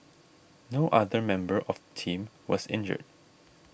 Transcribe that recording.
no other member of team was injured